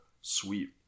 sweet